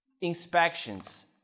Inspections